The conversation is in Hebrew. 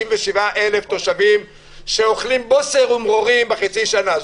67,000 תושבים שאוכלים בוסר ומרורים בחצי שנה האחרונה,